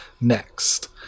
next